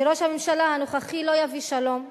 שראש הממשלה הנוכחי לא יביא שלום,